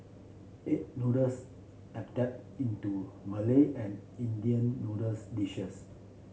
egg noodles adapt into Malay and Indian noodles dishes